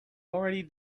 already